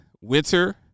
winter